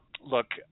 look